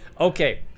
okay